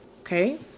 Okay